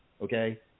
Okay